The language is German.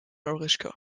marischka